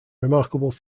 remarkable